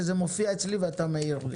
שזה מופיע אצלי ואתה מעיר לי,